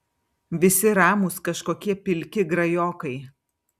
visi ramūs kažkokie pilki grajokai